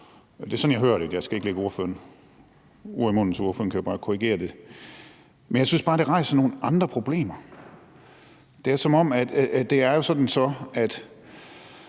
Det er sådan, jeg hører det. Jeg skal ikke lægge ordføreren ord i munden, så ordføreren kan bare korrigere det. Men jeg synes bare, det rejser nogle andre problemer. Det er sådan, at der jo så er